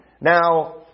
Now